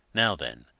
now then,